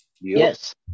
Yes